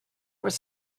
was